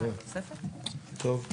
טוב.